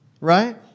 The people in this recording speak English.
right